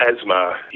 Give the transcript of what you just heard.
asthma